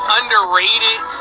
underrated